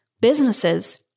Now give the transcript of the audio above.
businesses